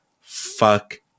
Fuck